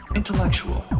...intellectual